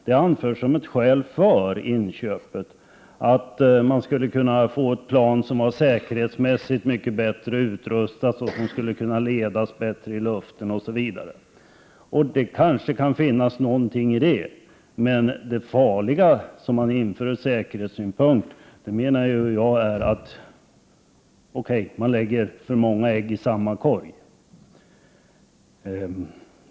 Det anförs som ett skäl för inköpet att man skulle kunna få ett plan som var säkerhetsmässigt mycket bättre utrustat, som skulle kunna ledas bättre i luften osv. Det kanske kan ligga någonting i det. Men det farliga, ur säkerhetssynpunkt, är att man så att säga lägger för många ägg i samma korg.